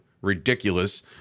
ridiculous